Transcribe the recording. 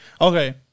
Okay